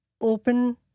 open